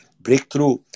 breakthrough